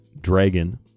dragon